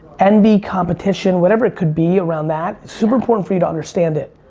envy, competition, whatever it could be around that, super important for you to understand it.